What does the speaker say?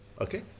Okay